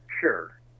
Sure